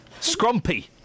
scrumpy